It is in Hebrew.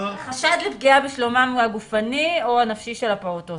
חשד לפגיעה בשלומם הגופני או הנפשי של הפעוטות.